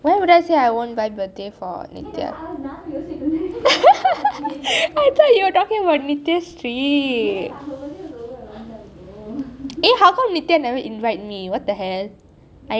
why would I say I won't buy birthday for her I thought you were talking about nityashree eh how come nithya never invite me what the hell